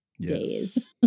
days